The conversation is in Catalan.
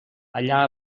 allà